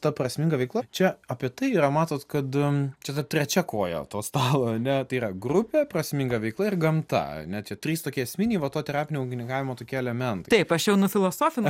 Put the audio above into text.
ta prasminga veikla čia apie tai yra matot kad čia ta trečia koja to stalo ne tai yra grupė prasminga veikla ir gamta ane tie trys tokie esminiai va to terapinio ūkininkavimo tokie elementai taip aš jau nufilosofinau